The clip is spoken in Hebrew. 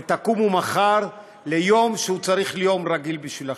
ותקומו מחר ליום שצריך להיות יום רגיל בשבילכם.